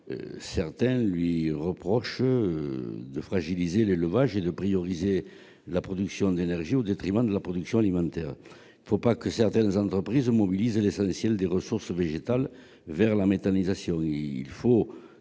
certains lui reprochant de fragiliser l'élevage et de privilégier la production d'énergie au détriment de la production alimentaire. Il ne faudrait pas que certaines entreprises mobilisent l'essentiel des ressources végétales au profit de la méthanisation